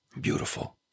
Beautiful